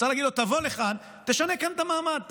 צריך להגיד לו: תבוא לכאן, תשנה כאן את המעמד.